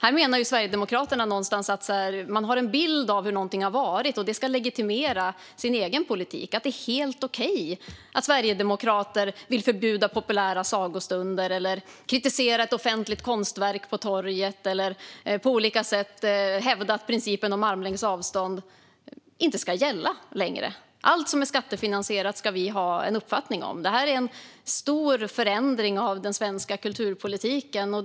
Här menar Sverigedemokraterna någonstans att man har en bild av hur någonting har varit. Det ska legitimera sin egen politik. Det är helt okej att sverigedemokrater vill förbjuda populära sagostunder, kritiserar ett offentligt konstverk på torget eller på olika sätt hävdar att principen om armlängds avstånd inte ska gälla längre. Allt som är skattefinansierat ska vi ha en uppfattning om. Det är en stor förändring av den svenska kulturpolitiken.